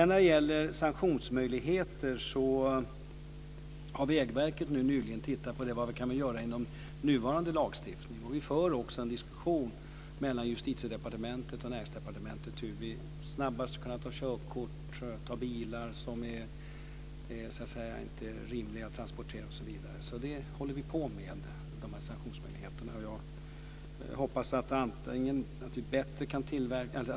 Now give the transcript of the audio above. När det gäller sanktionsmöjligheter har Vägverket nyligen tittat närmare på vad man kan göra inom nuvarande lagstiftning. Vi för också en diskussion mellan Justitiedepartementet och Näringsdepartementet om hur vi snabbast ska kunna ta körkort och bilar som inte är rimliga för transporter. De sanktionsmöjligheterna håller vi på med. Jag hoppas att vi kan använda nuvarande lagstiftning bättre.